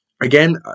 Again